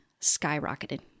skyrocketed